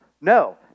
No